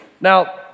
Now